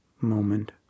moment